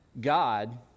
God